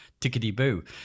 tickety-boo